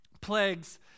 plagues